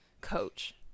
coach